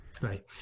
Right